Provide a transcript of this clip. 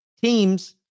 teams